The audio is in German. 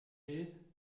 will